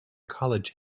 college